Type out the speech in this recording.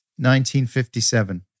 1957